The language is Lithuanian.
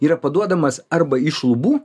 yra paduodamas arba iš lubų